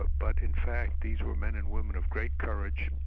ah but in fact these were men and women of great courage,